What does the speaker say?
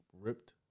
ripped